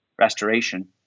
restoration